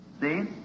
See